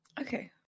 Okay